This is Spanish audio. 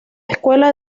escuela